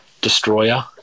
destroyer